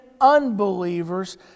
unbelievers